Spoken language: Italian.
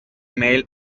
mail